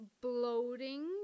bloating